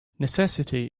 necessity